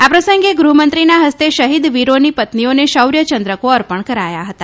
આ પ્રસંગે ગૃહમંત્રીના હસ્તે શહીદ વીરોની પત્નીઓને શોર્ય ચંદ્રકો અર્પણ કરાયા હતા